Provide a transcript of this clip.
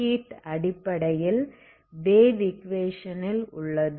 heat அடிப்படையில் wave equation ல் உள்ளது